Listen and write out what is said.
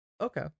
Okay